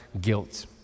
guilt